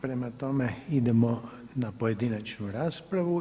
Prema tome, idemo na pojedinačnu raspravu.